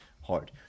hard